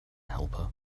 helper